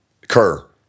Kerr